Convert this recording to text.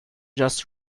just